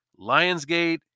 Lionsgate